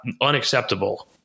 unacceptable